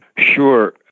Sure